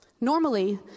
Normally